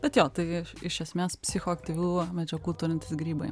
bet jo tai iš esmės psichoaktyvių medžiagų turintys grybai